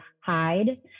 hide